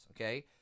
okay